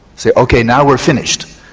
say ok now we're finished,